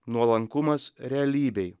nuolankumas realybei